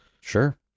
Sure